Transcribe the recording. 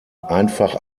einfach